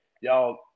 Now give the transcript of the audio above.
Y'all